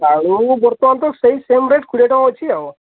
ଆଳୁ ବର୍ତ୍ତମାନ ତ ସେଇ ସେମ୍ ରେଟ୍ କୋଡ଼ିଏ ଟଙ୍କା ଅଛି ଆଉ